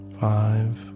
Five